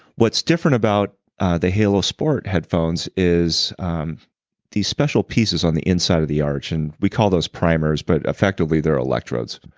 what's different about the halo sport headphones is these special pieces on the inside of the arch. and we call those primers. but, effectively, they're electrodes.